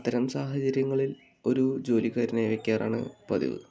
അത്തരം സാഹചര്യങ്ങളിൽ ഒരു ജോലിക്കാരനെ വെക്കാറാണ് പതിവ്